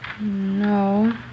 No